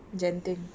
Genting